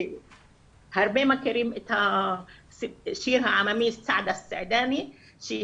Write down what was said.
הרבה מכירים את השיר העממי "סעדה אלסעדאנה" (סעדה הקופה),